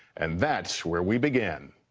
and that's where we began.